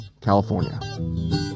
California